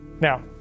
Now